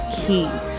keys